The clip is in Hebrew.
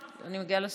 לפני, אני מגיעה לסוף.